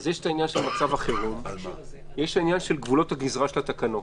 יש את העניין של מצב החירום ויש את עניין גבולות הגזרה של התקנות.